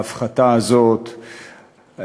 ההפחתה הזאת,